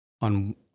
on